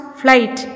flight